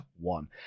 one